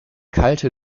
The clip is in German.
kalte